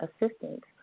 assistance